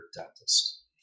dentist